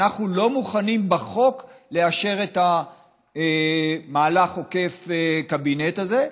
אנחנו לא מוכנים בחוק לאשר את המהלך העוקף-קבינט הזה,